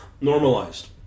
normalized